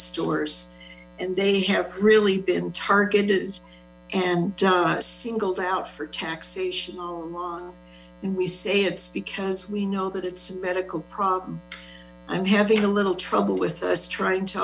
stores and they have really been targeted and singled out for taxation all along and we say it's because we know that it's a medical problem i'm having a little trouble with us trying to